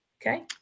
okay